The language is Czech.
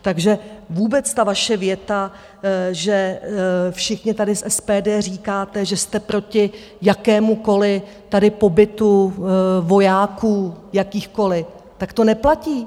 Takže vůbec ta vaše věta, že všichni tady z SPD říkáte, že jste proti jakémukoliv tady pobytu vojáků jakýchkoliv, tak to neplatí.